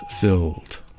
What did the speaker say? filled